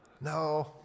No